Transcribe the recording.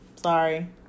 Sorry